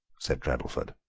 said treddleford,